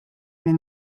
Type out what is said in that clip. mill